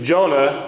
Jonah